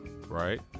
right